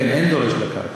כן, אין דורש לקרקע.